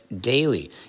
daily